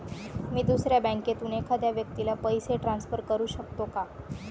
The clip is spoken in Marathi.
मी दुसऱ्या बँकेतून एखाद्या व्यक्ती ला पैसे ट्रान्सफर करु शकतो का?